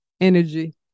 energy